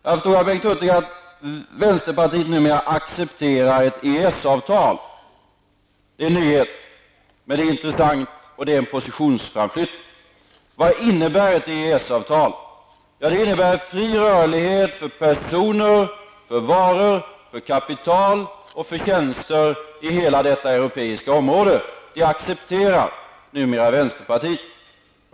Jag förstår av Bengt Hurtigs anförande att vänsterpartiet numera accepterar ett EES-avtal. Det är en nyhet, det är intressant och det innebär en positionsframflyttning. Vad innebär ett EES-avtal? Jo, det innebär fri rörlighet för personer, varor, kapital och tjänster i hela det europeiska området. Det accepterar numera vänsterpartiet.